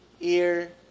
ear